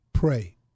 Pray